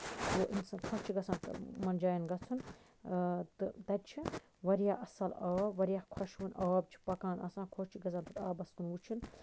خۄش چھُ گژھان یِمن جاین گژھُن اۭں تَتہِ چھُ واریاہ اَصٕل آب واریاہ خۄشوُن آب چھُ پَکان آسان خۄش چھُ گژھان تَتھ آبَس کُن وٕچھُن